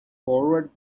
forward